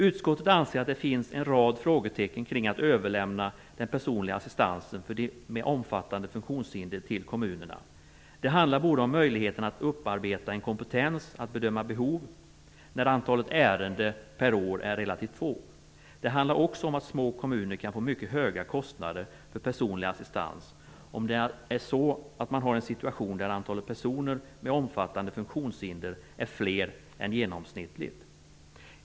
Utskottet anser att det finns en rad frågetecken kring att överlämna den personliga assistansen för de med omfattande funktionshinder till kommunerna. Det handlar om möjligheterna att upparbeta en kompetens att bedöma behov när antalet ärenden per år är relativt få. Det handlar också om att små kommuner kan få mycket höga kostnader för personlig assistans om man har en situation där antalet personer med omfattande funktionshinder är fler än genomsnittligt.